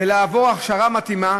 ולעבור הכשרה מתאימה.